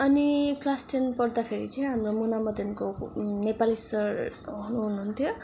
अनि class ten पढ्दाखेरि चाहिँ हाम्रो मुना मदनको नेपाली सर हुनुहुन्थ्यो